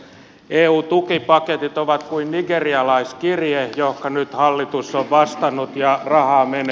eun tukipaketit ovat kuin nigerialaiskirje johonka nyt hallitus on vastannut ja rahaa menee